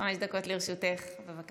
חמש דקות לרשותך, בבקשה.